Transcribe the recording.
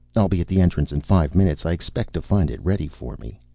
i'll be at the entrance in five minutes. i expect to find it ready for me.